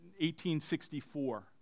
1864